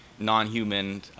non-human